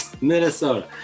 Minnesota